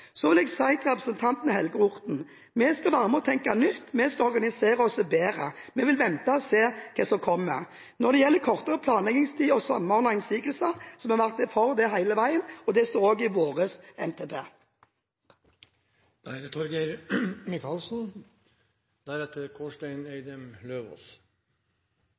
Så vil jeg si til representanten Helge Orten at vi skal være med og tenke nytt, vi skal organisere oss bedre, vi vil vente og se hva som kommer. Når det gjelder kortere planleggingstid og samordnede innsigelser, har vi vært for det hele veien, og det står også i vår NTP. Gjennom opposisjonstid, valgkamp og de siste års opptredener både i